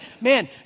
man